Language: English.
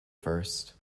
first